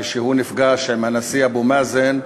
כשהוא נפגש עם הנשיא אבו מאזן,